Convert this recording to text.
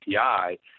API